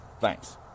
Thanks